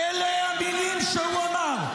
אלה המילים שהוא אמר.